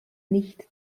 nicht